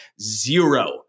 zero